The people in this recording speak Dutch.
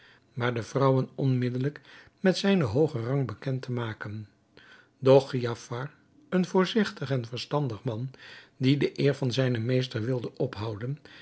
maar de vrouwen onmiddelijk met zijnen hoogen rang bekend te maken doch giafar een voorzigtig en verstandig man die de eer van zijnen meester wilde ophouden